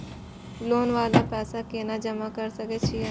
Loan वाला पैसा केना जमा कर सके छीये?